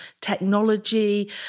technology